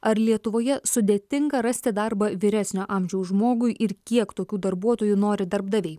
ar lietuvoje sudėtinga rasti darbą vyresnio amžiaus žmogui ir kiek tokių darbuotojų nori darbdaviai